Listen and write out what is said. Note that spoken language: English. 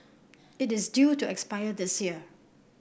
it is due to expire this year